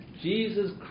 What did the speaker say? Jesus